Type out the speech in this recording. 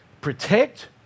protect